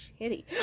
shitty